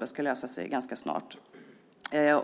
det ska lösa sig ganska snart.